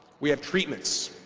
we have treatments.